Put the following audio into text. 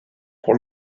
pour